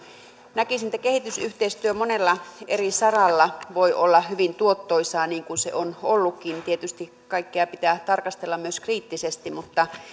näkisin että kehitysyhteistyö monella eri saralla voi olla hyvin tuottoisaa niin kuin se on ollutkin tietysti kaikkea pitää tarkastella myös kriittisesti mutta